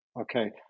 okay